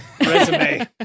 resume